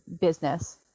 business